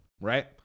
Right